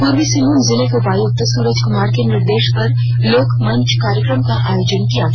पूर्वी सिंहभूम जिले के उपायुक्त सूरज कुमार के निर्देश पर लोकमंच कार्यक्रम का आयोजन किया गया